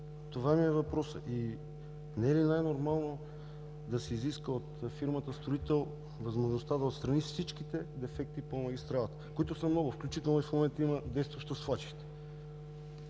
Това ми е въпросът. Не е ли най-нормално да се изиска от фирмата-строител възможността да отстрани всичките дефекти по магистралата, които са много, включително и в момента има действащо свлачище.